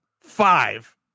five